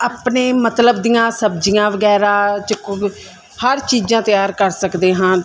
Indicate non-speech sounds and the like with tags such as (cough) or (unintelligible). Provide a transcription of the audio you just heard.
ਆਪਣੇ ਮਤਲਬ ਦੀਆਂ ਸਬਜ਼ੀਆਂ ਵਗੈਰਾ (unintelligible) ਹਰ ਚੀਜਾਂ ਤਿਆਰ ਕਰ ਸਕਦੇ ਹਾਂ